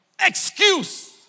excuse